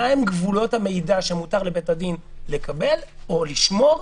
מהם גבולות המידע שמותר לבית הדין לקבל או לשמור,